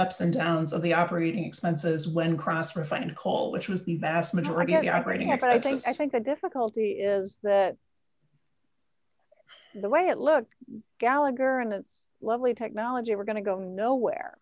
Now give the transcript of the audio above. ups and downs of the operating expenses when cross refined coal which was the vast majority of the operating x i think i think the difficulty is that the way it looked gallagher and it's lovely technology we're going to go nowhere